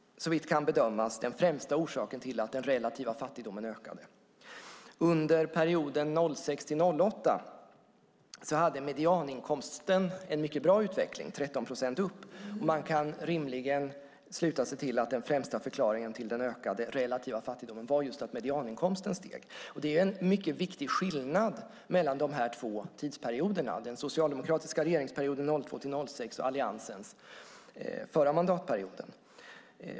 Såvitt man kan bedöma var det den främsta orsaken till att den relativa fattigdomen ökade. Under perioden 2006-2008 hade medianinkomsten en mycket bra utveckling, 13 procent upp. Man kan rimligen sluta sig till att den främsta förklaringen till den ökade relativa fattigdomen var att medianinkomsten steg. Det är ju en mycket viktig skillnad mellan de två tidsperioderna - den socialdemokratiska regeringsperioden 2002-2006 och Alliansens förra mandatperiod.